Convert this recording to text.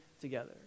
together